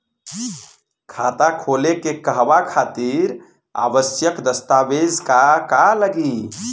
खाता खोले के कहवा खातिर आवश्यक दस्तावेज का का लगी?